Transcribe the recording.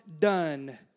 done